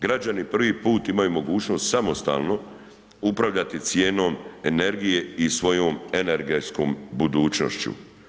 Građani prvi put imaju mogućnost samostalno upravljati cijenom energije i svojom energetskom budućnošću.